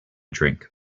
drink